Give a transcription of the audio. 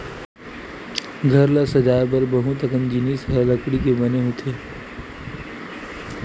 घर ल सजाए बर बहुत अकन सजाए के जिनिस ह लकड़ी के बने होथे